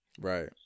right